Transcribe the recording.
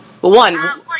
one